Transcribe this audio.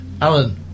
Alan